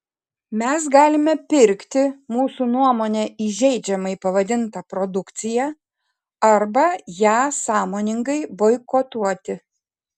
mes galime pirkti mūsų nuomone įžeidžiamai pavadintą produkciją arba ją sąmoningai boikotuoti